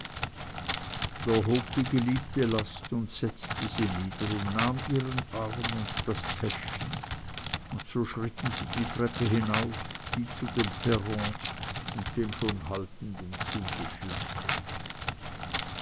die geliebte last und setzte sie nieder und nahm ihren arm und das täschchen und so schritten sie die treppe hinauf die zu dem perron und dem schon haltenden zuge führte